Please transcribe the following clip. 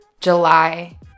July